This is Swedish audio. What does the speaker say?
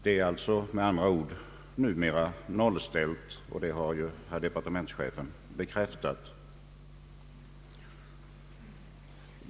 Att läget med andra ord numera är nollställt har departementschefen sålunda bekräftat.